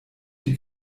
die